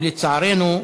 ולצערנו,